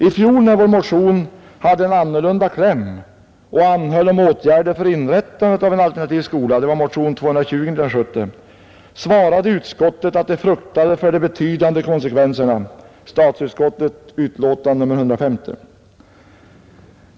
I fjol, när vår motion hade en annan kläm och anhöll om åtgärder för inrättandet av en alternativ skola — det var motion II:220 år 1970 —, svarade utskottet i sitt utlåtande nr 150, att det fruktade för de betydande konsekvenserna.